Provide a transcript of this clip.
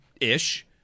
ish